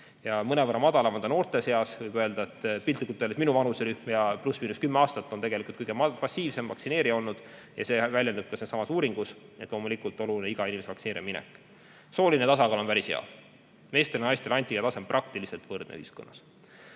Mõnevõrra madalamad näitajad on noorte seas. Võib öelda, et piltlikult öeldes minu vanuserühm ja pluss-miinus kümme aastat on tegelikult kõige passiivsem vaktsineerija olnud. Ja see väljendub ka sellessamas uuringus. Loomulikult oluline on iga inimese vaktsineerima minek. Sooline tasakaal on päris hea. Meestel ja naistel on antikehade tase praktiliselt võrdne ühiskonnas.